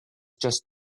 just